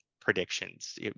predictions